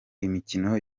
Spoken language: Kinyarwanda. imikino